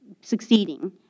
succeeding